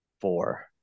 four